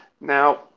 Now